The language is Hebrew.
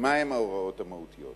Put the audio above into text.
מה הן ההוראות המהותיות.